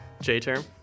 J-Term